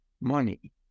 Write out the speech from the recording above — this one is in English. money